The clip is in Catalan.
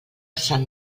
sant